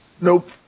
Nope